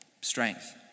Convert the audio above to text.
strength